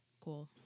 cool